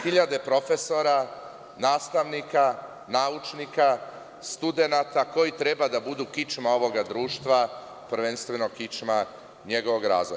Hiljade profesora, nastavnik, naučnika, studenata koji treba da budu kičma ovoga društva, prvenstveno kičma njegovog razvoja.